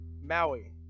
Maui